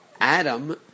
Adam